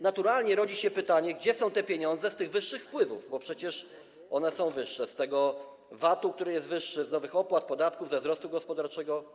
Naturalnie rodzi się pytanie, gdzie są te pieniądze z tych wyższych wpływów, bo przecież one są wyższe, z tego VAT-u, który jest wyższy, z nowych opłat, podatków, ze wzrostu gospodarczego.